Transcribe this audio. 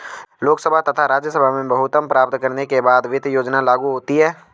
लोकसभा तथा राज्यसभा में बहुमत प्राप्त करने के बाद वित्त योजना लागू होती है